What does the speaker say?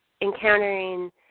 encountering